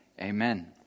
amen